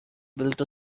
built